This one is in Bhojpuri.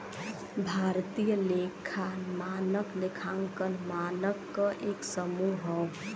भारतीय लेखा मानक लेखांकन मानक क एक समूह हौ